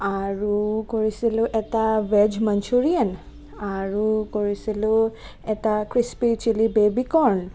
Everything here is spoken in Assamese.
আৰু কৰিছিলোঁ এটা ভেজ মনচুৰিআন আৰু কৰিছিলোঁ এটা ক্ৰীচপি চিলি বেবী ক'ৰ্ণ